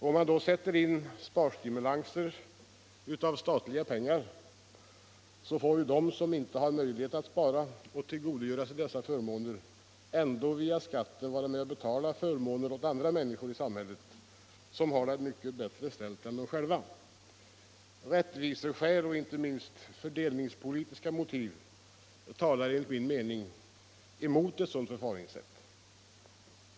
Om man då sätter in sparstimulans av statliga pengar får ju de som inte har möjlighet att spara och tillgodogöra sig dessa förmåner ändå via skatten vara med om att betala förmånerna åt de människor i samhället som har det mycket bättre ställt än de själva. Rättviseskäl, och inte minst fördelningspolitiska motiv, talar enligt min mening emot ett sådant förfaringssätt.